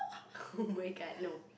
my god no